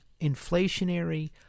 inflationary